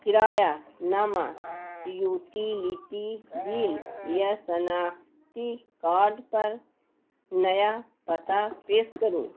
کرایہ نامہ utility bill یا شناختی کارڈ پر نیا پتا پیش کروں